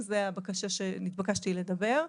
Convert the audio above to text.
זו הבקשה שנתבקשתי לדבר עליה.